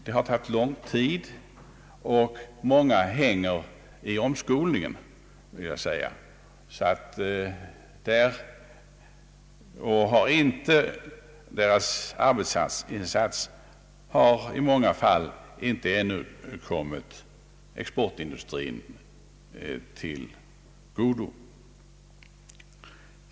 Det har tagit lång tid och många är alltjämt under omskolning, varför det dröjer innan vederbörandes arbetsinsats kommer exportindustrin till godo.